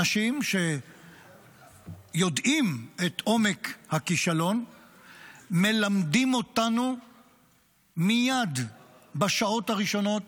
אנשים שיודעים את עומק הכישלון מלמדים אותנו מייד בשעות הראשונות,